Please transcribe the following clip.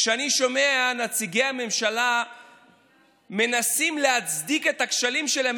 כשאני שומע שנציגי הממשלה מנסים להצדיק את הכשלים שלהם,